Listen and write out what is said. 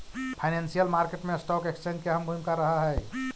financial market मैं stock exchange के अहम भूमिका रहऽ हइ